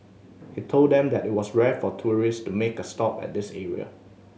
he told them that it was rare for tourist to make a stop at this area